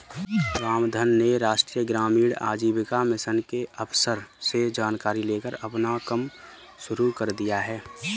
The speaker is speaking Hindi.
रामधन ने राष्ट्रीय ग्रामीण आजीविका मिशन के अफसर से जानकारी लेकर अपना कम शुरू कर दिया है